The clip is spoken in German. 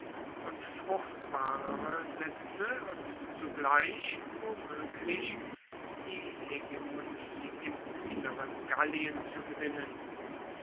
und fruchtbarere sitze und zugleich womöglich die hegemanie im inneren gallien zu gewinnen